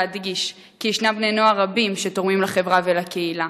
להדגיש כי ישנם בני-נוער רבים שתורמים לחברה ולקהילה.